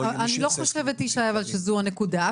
--- כן, אבל אני לא חושבת שזו הנקודה, ישי.